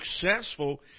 successful